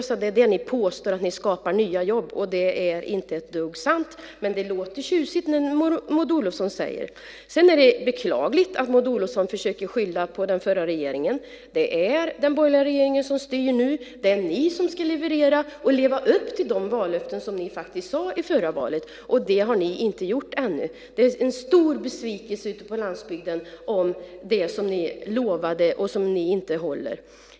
Det är på det sättet ni påstår att ni skapar nya jobb. Det är inte ett dugg sant, men det låter tjusigt när Maud Olofsson säger det. Sedan är det beklagligt att Maud Olofsson försöker skylla på den förra regeringen. Det är den borgerliga regeringen som styr nu. Det är ni som ska leverera och leva upp till de vallöften ni faktiskt avgav i förra valrörelsen. Det har ni inte gjort än. Det är en stor besvikelse ute på landsbygden när det gäller det som ni lovade och som ni nu inte håller.